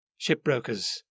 Shipbrokers